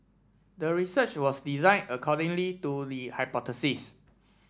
the research was design accordingly to the hypothesis